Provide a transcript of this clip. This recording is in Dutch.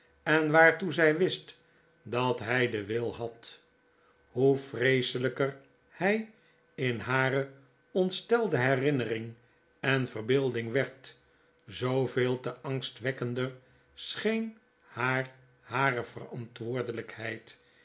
en waartoe zy wist dat hy den wil had hoe vreeselyker hij in hare ontstelde herinnering en verbeelding werd zooveel te angstwekkender scheen haar hare verantwoordelykheid